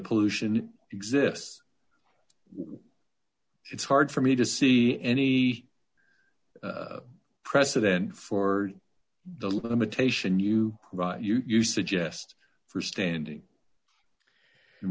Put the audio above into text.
pollution exists it's hard for me to see any precedent for the limitation you you you suggest for standing in